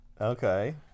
Okay